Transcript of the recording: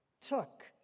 took